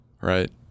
right